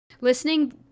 Listening